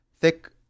thick